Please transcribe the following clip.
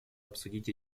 обсудить